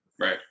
Right